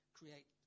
create